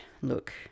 look